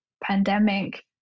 pandemic